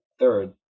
Third